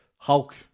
Hulk